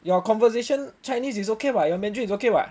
your conversation chinese is okay [what] your mandrin is okay [what]